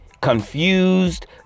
confused